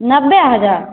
नब्बे हजार